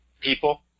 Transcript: people